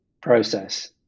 process